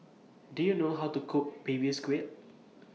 Do YOU know How to Cook Baby Squid